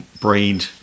breed